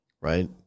Right